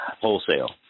wholesale